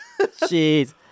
Jeez